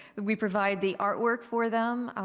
we provide the art work for them.